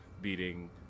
beating